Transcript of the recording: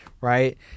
Right